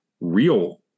real